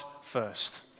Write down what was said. first